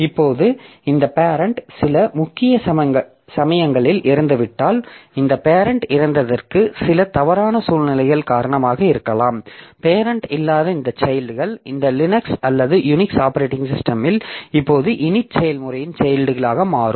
இப்போது இந்த பேரெண்ட் சில சமயங்களில் இறந்துவிட்டால் இந்த பேரெண்ட் இறந்ததற்கு சில தவறான சூழ்நிலை காரணமாக இருக்கலாம் பேரெண்ட் இல்லாத இந்த சைல்ட்க்கு இந்த லினக்ஸ் அல்லது யூனிக்ஸ் ஆப்பரேட்டிங் சிஸ்டமில் இப்போது init செயல்முறையின் சைல்டாக மாறும்